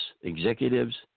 executives